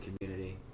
community